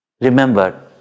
Remember